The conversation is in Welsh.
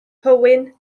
hywyn